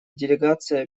делегация